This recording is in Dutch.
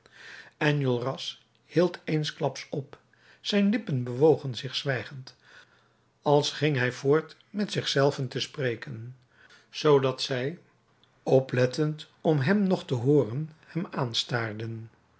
enjolras hield eensklaps op zijn lippen bewogen zich zwijgend als ging hij voort met zich zelven te spreken zoodat zij oplettend om hem nog te hooren